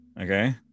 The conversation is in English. okay